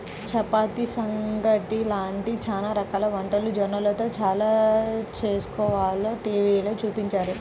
చపాతీ, సంగటి లాంటి చానా రకాల వంటలు జొన్నలతో ఎలా చేస్కోవాలో టీవీలో చూపించారు